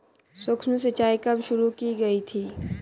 सूक्ष्म सिंचाई कब शुरू की गई थी?